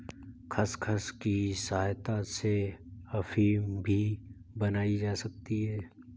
खसखस की सहायता से अफीम भी बनाई जा सकती है